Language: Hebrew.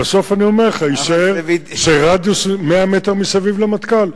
אבל אני אומר לך: בסוף יישאר שרדיוס של 100 מטר מסביב למטכ"ל,